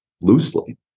loosely